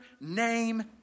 name